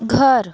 घर